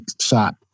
shot